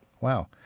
Wow